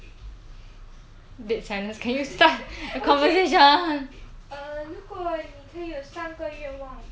!wah! 我不要我问你如果你可以有三个愿望 what would you have 我不会 uh 我我 sorry 我没有这样伟大我也不喜欢